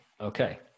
Okay